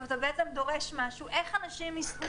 אתה בעצם דורש משהו אבל איך אנשים ייסעו